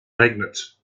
magnets